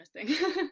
interesting